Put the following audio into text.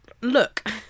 look